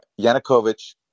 Yanukovych